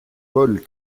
paul